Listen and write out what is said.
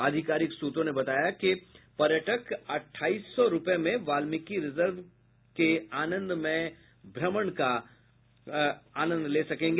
आधिकारिक सूत्रों ने बताया कि पर्यटक आठाईस सौ रुपये में वाल्मिकी रिजर्व का आनंदमय भ्रमण कर सकते हैं